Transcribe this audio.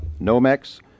Nomex